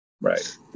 Right